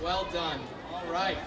well done right